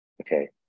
Okay